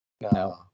No